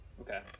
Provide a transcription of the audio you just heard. Okay